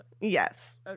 Yes